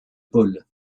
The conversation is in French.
paul